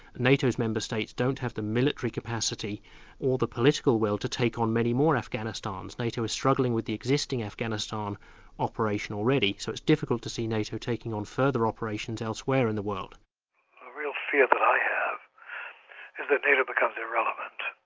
nato's member states don't have the military capacity or the political will to take on many more afghanistans. nato is struggling with the existing afghanistan operation already, so it's difficult to see nato taking on further operations elsewhere in the world. a real fear that i have that nato becomes irrelevant.